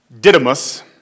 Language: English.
Didymus